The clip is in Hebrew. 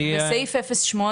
בסעיף 08